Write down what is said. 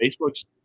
Facebook's